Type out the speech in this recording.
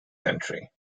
country